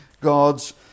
God's